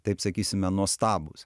taip sakysime nuostabūs